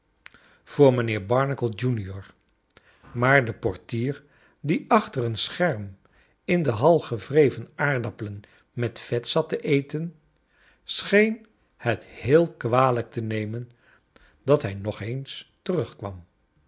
voor rnijnheer barnacle junior maar de portier die achter een scherm in de hal gewreven aardappelen met vet zat te eten scheen het heel kwalijk te nemen dat hij nog eens terugkwam